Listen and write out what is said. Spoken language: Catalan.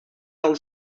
del